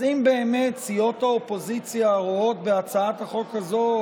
אז אם באמת סיעות האופוזיציה רואות בהצעת החוק הזו,